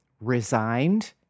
resigned